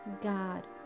God